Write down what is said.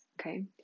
okay